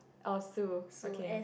orh Sue okay